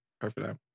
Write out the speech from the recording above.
perfect